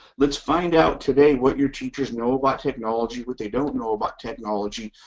let's find out today what your teachers know about technology, what they don't know about technology,